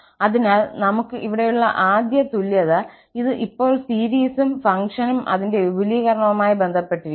അതിനാൽ നമുക്ക് ഇവിടെയുള്ള ആദ്യ തുല്യത അത് ഇപ്പോൾ സീരീസും ഫംഗ്ഷനും അതിന്റെ വിപുലീകരണവുമായി ബന്ധപ്പെട്ടിരിക്കുന്നു